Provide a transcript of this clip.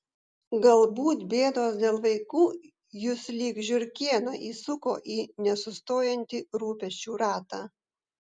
galbūt bėdos dėl vaikų jus lyg žiurkėną įsuko į nesustojantį rūpesčių ratą